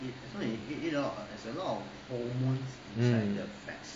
mm